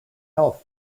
health